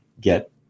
get